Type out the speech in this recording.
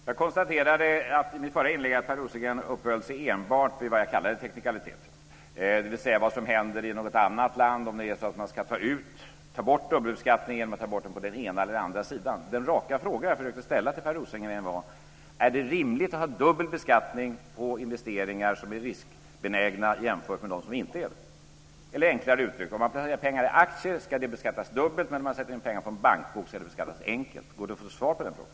Fru talman! Jag konstaterade i mitt förra inlägg att Per Rosengren uppehöll sig enbart vid vad jag kallar teknikaliteter, dvs. vad som händer i något annat land, om det är så att man ska ta bort dubbelbeskattningen genom att ta bort den på den ena eller andra sidan. Den raka fråga som jag försökte ställa till Per Rosengren var: Är det rimligt att ha dubbel beskattning på investeringar som är riskbenägna jämfört med dem som inte är det? Enklare uttryckt: Om man placerar pengar i aktier ska de beskattas dubbelt, men om man sätter in pengar på en bankbok ska de beskattas enkelt. Går det att få svar på den frågan?